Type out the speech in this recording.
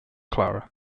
clara